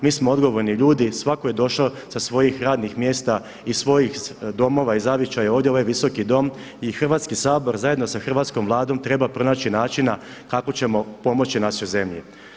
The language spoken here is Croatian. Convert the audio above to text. Mi smo odgovorni ljudi, svako je došao sa svojih radnih mjesta i svojih domova i zavičaja u ovaj Visoki dom i Hrvatski sabor zajedno sa Hrvatskom vladom treba pronaći načina kako ćemo pomoći našoj zemlji.